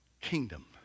Kingdom